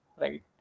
Right